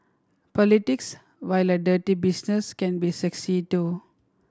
politics while a dirty business can be sexy too